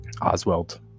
Oswald